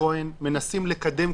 תפקידה של הוועדה הזאת,